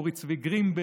אורי צבי גרינברג,